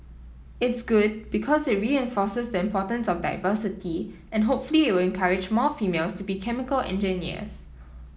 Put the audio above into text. it's good because it reinforces the importance of diversity and hopefully it will encourage more females to be chemical engineers